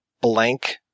blank